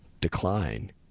decline